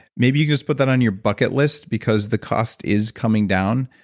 maybe you just put that on your bucket list because the cost is coming down,